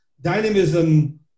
dynamism